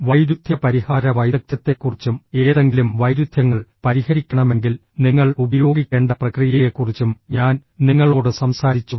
വൈരുദ്ധ്യ പരിഹാര വൈദഗ്ധ്യത്തെക്കുറിച്ചും ഏതെങ്കിലും വൈരുദ്ധ്യങ്ങൾ പരിഹരിക്കണമെങ്കിൽ നിങ്ങൾ ഉപയോഗിക്കേണ്ട പ്രക്രിയയെക്കുറിച്ചും ഞാൻ നിങ്ങളോട് സംസാരിച്ചു